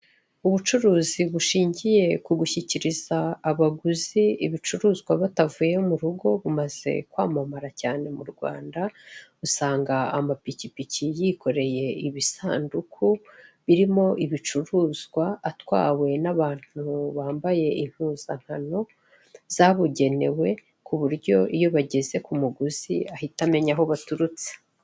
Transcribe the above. Ubucuruzi bushingiye kugushyikiriza baguzi ibicuruzwa batavuye mu rugo, bumaze kwamamaza cyane mu Rwanda, usanga amapikipiki yikoreye ibisanduku birimo ibicuruzwa, atwawe n'abantu bambaye impuzankano zabugenewe, ku buryo iyo bageze ku muguzi ahita amenya aho baturutse.